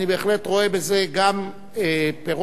אני בהחלט רואה בזה גם פירות